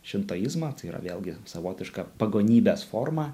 šintoizmą tai yra vėlgi savotiška pagonybės forma